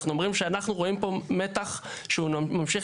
אנחנו אומרים שאנחנו רואים פה מתח שהוא ממשיך